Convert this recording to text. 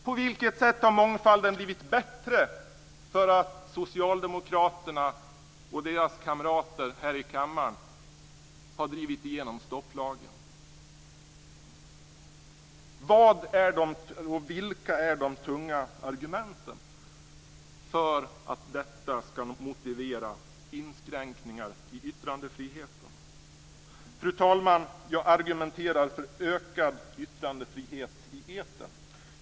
På vilket sätt har mångfalden blivit bättre för att socialdemokraterna och deras kamrater här i kammaren har drivit igenom stopplagen? Vilka är de tunga argumenten som motiverar inskränkningar i yttrandefriheten? Fru talman! Jag argumenterar för ökad yttrandefrihet i etern.